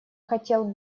хотел